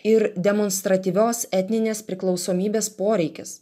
ir demonstratyvios etninės priklausomybės poreikis